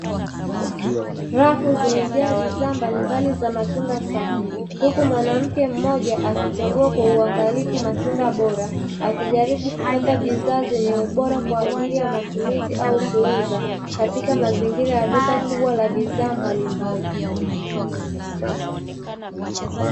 Rafu zimejaa bidhaa mbalimbali za matunda safi huku mwanamke mmoja akichagua kwa uangalifu matunda bora akijaribu kupata bidhaa zenye ubora kwa ajili ya matumizi au kuuza katika mazingira ya duka kubwa la bidhaa mbalimbali.